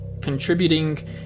contributing